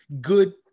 good